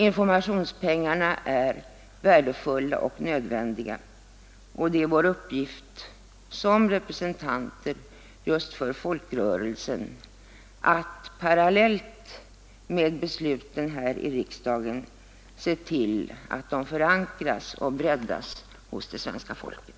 Informationspengarna är värdefulla och nödvändiga, och det är vår uppgift som representanter just för folkrörelserna att parallellt med besluten här i riksdagen se till att dessa förankras hos det svenska folket.